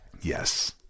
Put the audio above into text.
Yes